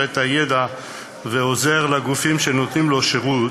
את הידע ועוזר לגופים שנותנים לו שירות,